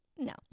No